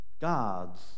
God's